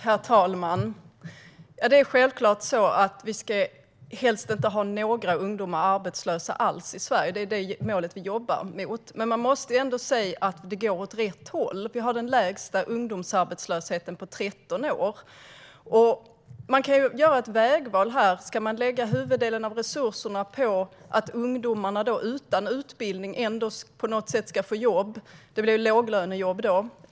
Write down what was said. Herr talman! Självklart ska vi helst inte ha några ungdomar arbetslösa alls i Sverige. Det är det mål vi jobbar mot. Men man måste ändå säga att det går åt rätt håll. Vi har den lägsta ungdomsarbetslösheten på 13 år. Man kan göra ett vägval här. Ska man lägga huvuddelen av resurserna på att ungdomar utan utbildning på något sätt ändå ska få jobb som då blir låglönejobb?